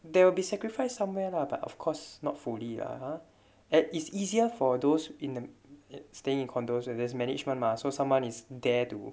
there will be sacrifice somewhere lah but of course not fully lah !huh! eh it's easier for those in the staying in condos where there's management mah so someone is there to